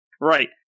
right